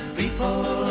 people